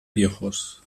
piojos